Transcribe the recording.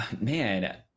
Man